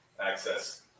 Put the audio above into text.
access